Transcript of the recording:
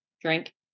drink